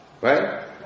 Right